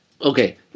Okay